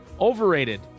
Overrated